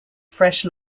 fresh